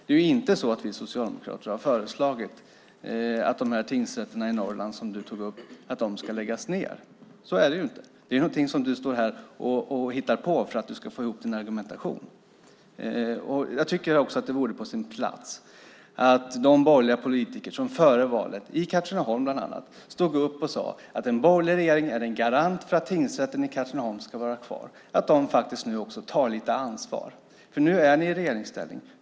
Det är inte så att vi socialdemokrater föreslagit att de tingsrätter i Norrland som Krister Hammarbergh tog upp ska läggas ned. Så är det inte. Det är något som han hittar på för att få ihop sin argumentation. Jag tycker att det vore på sin plats att de borgerliga politiker som före valet, bland annat i Katrineholm, stod upp och sade att en borgerlig regering är en garant för att tingsrätten i Katrineholm ska vara kvar nu också tog lite ansvar. Nu är ni i regeringsställning.